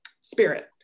spirit